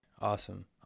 Awesome